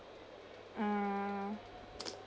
mm